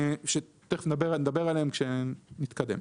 נדבר עליהם כשנתקדם.